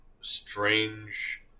strange